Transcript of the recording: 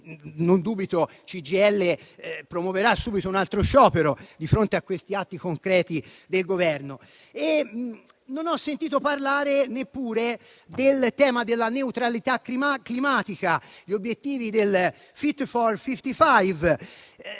Non dubito che la CGIL promuoverà subito un altro sciopero di fronte a questi atti concreti del Governo. Non ho sentito parlare neppure del tema della neutralità climatica. Ricordo gli obiettivi del Fit for 55,